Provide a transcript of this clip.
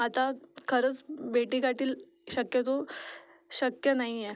आता खरंच भेटीगाटी ल शक्यतो शक्य नाही आहे